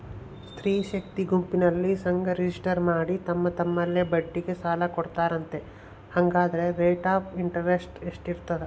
ಸ್ತ್ರೇ ಶಕ್ತಿ ಗುಂಪಿನಲ್ಲಿ ಸಂಘ ರಿಜಿಸ್ಟರ್ ಮಾಡಿ ತಮ್ಮ ತಮ್ಮಲ್ಲೇ ಬಡ್ಡಿಗೆ ಸಾಲ ಕೊಡ್ತಾರಂತೆ, ಹಂಗಾದರೆ ರೇಟ್ ಆಫ್ ಇಂಟರೆಸ್ಟ್ ಎಷ್ಟಿರ್ತದ?